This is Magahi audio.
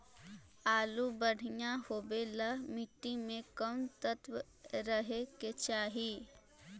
आलु बढ़िया होबे ल मट्टी में कोन तत्त्व रहे के चाही?